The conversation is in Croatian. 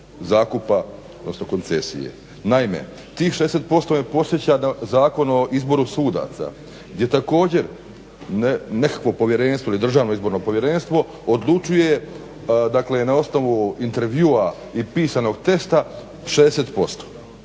zakupa, odnosno koncesije. Naime, tih 60% me podsjeća na Zakon o izboru sudaca gdje također nekakvo povjerenstvo ili Državno izborno povjerenstvo odlučuje na osnovu intervjua i pisanog testa 60%.